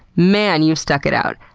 man, you're stuck it out,